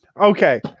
Okay